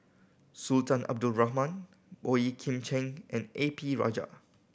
Sultan Abdul Rahman Boey Kim Cheng and A P Rajah